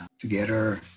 together